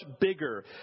bigger